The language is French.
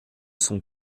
son